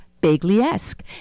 Bagley-esque